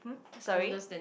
so sorry